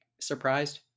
surprised